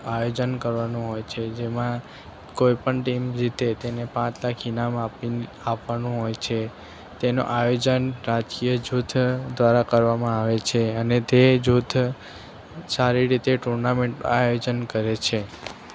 આયોજન કરવાનું હોય છે જેમાં કોઇપણ ટીમ જીતે તેને પાંચ લાખ ઇનામ આપીને આપવાનું હોય છે તેનું આયોજન રાજકીય જૂથ દ્વારા કરવામાં આવે છે અને તે જૂથ સારી રીતે ટુર્નામેન્ટ આયોજન કરે છે